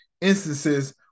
instances